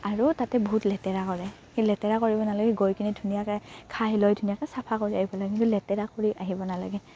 আৰু তাতে বহুত লেতেৰা কৰে সেই লেতেৰা কৰিব নালাগে গৈ কিনে ধুনীয়াকৈ খাই লৈ ধুনীয়াকৈ চাফা কৰি আহিব লাগে কিন্তু লেতেৰা কৰি আহিব নালাগে